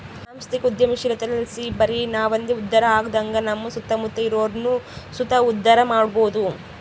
ಸಾಂಸ್ಥಿಕ ಉದ್ಯಮಶೀಲತೆಲಾಸಿ ಬರಿ ನಾವಂದೆ ಉದ್ಧಾರ ಆಗದಂಗ ನಮ್ಮ ಸುತ್ತಮುತ್ತ ಇರೋರ್ನು ಸುತ ಉದ್ಧಾರ ಮಾಡಬೋದು